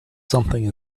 something